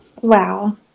wow